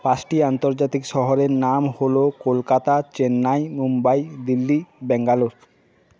পাঁচটি আন্তর্জাতিক শহরের নাম হলো কলকাতা চেন্নাই মুম্বাই দিল্লি ব্যাঙ্গালোর